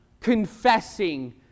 confessing